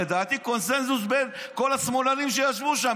לדעתי זה קונסנזוס בין כל השמאלנים שישבו שם,